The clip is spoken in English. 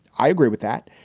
i agree with that.